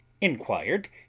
inquired